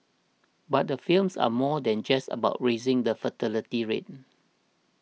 but the films are more than just about raising the fertility rate